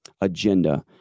agenda